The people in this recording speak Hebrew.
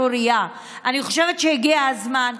אבל ככל שההיצע רחב יותר,